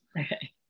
Okay